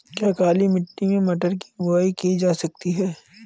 क्या काली मिट्टी में मटर की बुआई की जा सकती है?